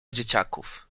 dzieciaków